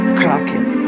cracking